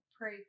Pray